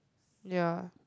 ya